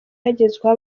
hagezweho